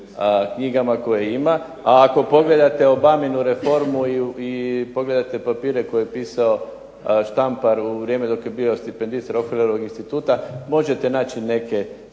knjigama koje ima. A ako pogledate Obaminu reformu i pogledate papire koje je pisao Štampar u vrijeme dok je bio stipendist Rockefellerovog instituta možete naći neke